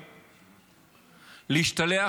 להשתלח.